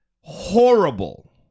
horrible